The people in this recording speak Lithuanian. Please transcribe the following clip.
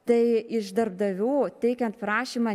tai iš darbdavių teikiant prašymą